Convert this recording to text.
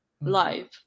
live